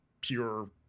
pure